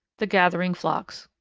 the gathering flocks.